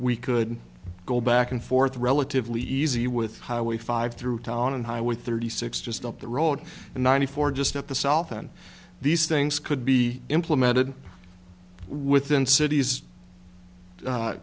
we could go back and forth relatively easy with highway five through town and highway thirty six just up the road in ninety four just at the south and these things could be implemented within cities